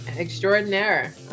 Extraordinaire